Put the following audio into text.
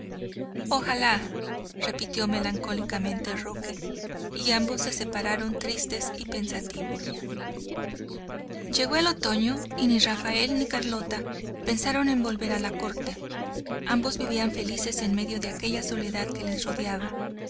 ojalá repitió melancólicamente roque y ambos se separaron tristes y pensativos llegó el otoño y ni rafael ni carlota pensaron en volver a la corte ambos vivían felices en medio de aquella soledad que les rodeaba